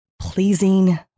Pleasing